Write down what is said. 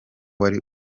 wari